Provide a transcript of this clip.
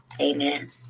Amen